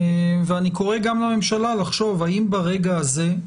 אני קורא גם לממשלה לחשוב האם ברגע הזה,